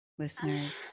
Listeners